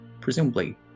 presumably